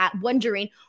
wondering